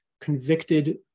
convicted